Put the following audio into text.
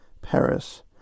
Paris